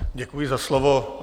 Děkuji za slovo.